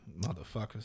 Motherfuckers